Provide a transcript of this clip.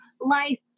life